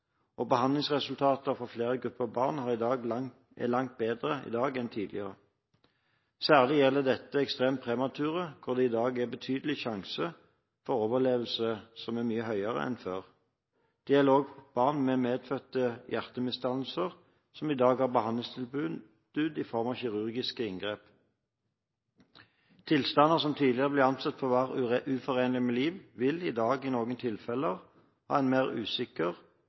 og behandlingsresultatet for flere grupper barn er langt bedre i dag enn tidligere. Særlig gjelder dette ekstremt premature, hvor det i dag er betydelig sjanse for overlevelse, mye høyere enn før. Det gjelder også barn med medfødte hjertemisdannelser som i dag har behandlingstilbud i form av kirurgiske inngrep. Tilstander som tidligere ble ansett for å være uforenelige med liv, vil i dag i noen tilfeller ha en mer usikker